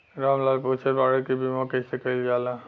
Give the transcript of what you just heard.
राम लाल पुछत बाड़े की बीमा कैसे कईल जाला?